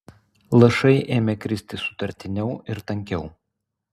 lašai ėmė kristi sutartiniau ir tankiau